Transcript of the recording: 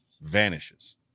vanishes